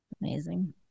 Amazing